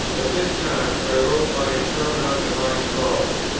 at this time, i wrote my sermon on divine calls,